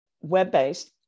web-based